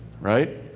right